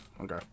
Okay